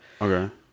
Okay